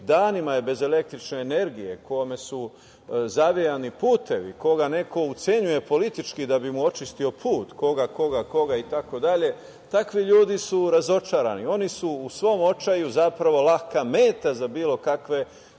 danima bez električne energije, kome su zavejani putevi, koga neko ucenjuje politički da bi mu očistio put, koga, koga, koga, itd, takvi ljudi su razočarani. Oni su u svom očaju zapravo laka meta za bilo kakve